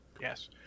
Yes